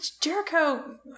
Jericho